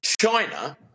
China